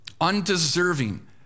Undeserving